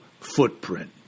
footprint